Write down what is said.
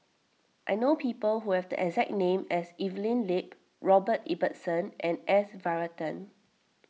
I know people who have the exact name as Evelyn Lip Robert Ibbetson and S Varathan